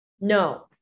No